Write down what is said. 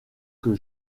que